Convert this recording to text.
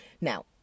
Now